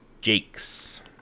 Jakes